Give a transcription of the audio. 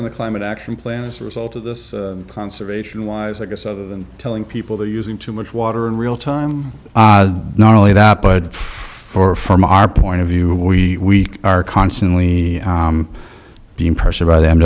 on the climate action plan as a result of this conservation wise i guess other than telling people they're using too much water in real time not only that but for from our point of view we are constantly being pressured by them